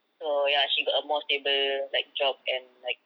so ya she got a more stable like job and like